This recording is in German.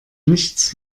nichts